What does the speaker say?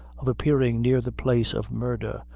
of appearing near the place of murder,